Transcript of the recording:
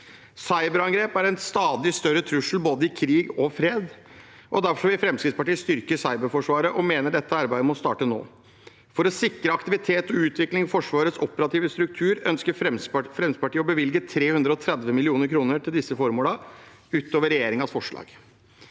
Cyberangrep er en stadig større trussel, både i krig og i fred. Derfor vil Fremskrittspartiet styrke cyberforsvaret, og vi mener dette arbeidet må starte nå. For å sikre aktivitet og utvikling av Forsvarets operative struktur ønsker Fremskrittspartiet å bevilge 330 mill. kr til disse formålene utover regjeringens forslag.